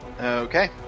okay